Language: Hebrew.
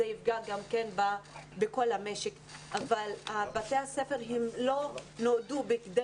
זה יפגע בכל המשק אבל בתי הספר לא נולדו כדי